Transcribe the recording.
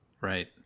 right